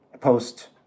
post